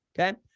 Okay